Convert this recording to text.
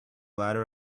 bladder